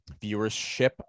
viewership